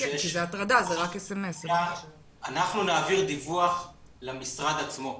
אנחנו נעביר דיווח למשרד עצמו.